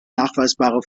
nachweisbare